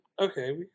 okay